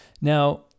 Now